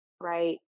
right